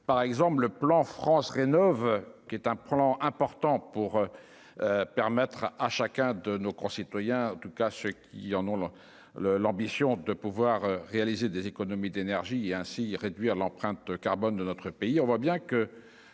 par exemple le plan France rénovent qui est un point important pour permettre à chacun de nos concitoyens, en tout cas ceux qui en ont le le l'ambition de pouvoir réaliser des économies d'énergie et ainsi réduire l'empreinte carbone de notre pays,